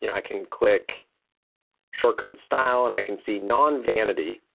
you know i can click short code style, and i can see non-vanity.